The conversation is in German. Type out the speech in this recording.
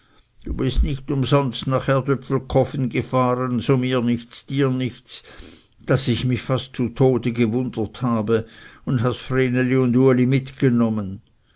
du bist nicht umsonst nach erdöpfelkofen gefahren so mir nichts dir nichts daß ich mich fast zu tode gewundert habe und hast vreneli und uli mitgenommen